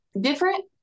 different